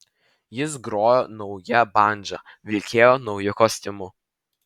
jis grojo nauja bandža vilkėjo nauju kostiumu